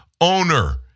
owner